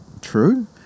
true